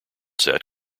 set